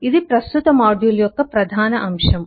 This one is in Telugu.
ఇది ప్రస్తుత మాడ్యూల్ యొక్క ప్రధాన అంశము